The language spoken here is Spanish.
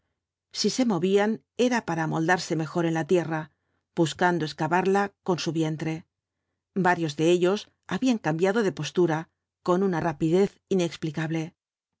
si se movían era para amoldarse mejor en la tierra buscando excavarla con su vientre varios de ellos habían cambiado de postura con una rapidez inexplicable